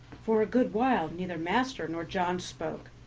for a good while neither master nor john spoke,